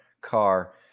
car